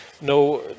no